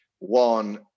One